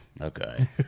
okay